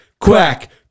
quack